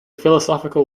philosophical